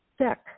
sick